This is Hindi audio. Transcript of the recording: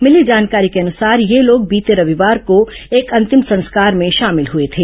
मिली जानकारी के अनुसार ये लोग बीते रविवार को एक अंतिम संस्कार में शामिल हुए थे